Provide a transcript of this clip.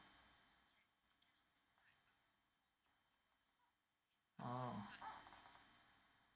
orh